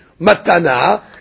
matana